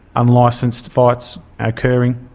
unlicensed fights occurring.